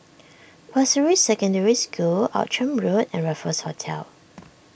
Pasir Ris Secondary School Outram Road and Raffles Hotel